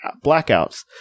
blackouts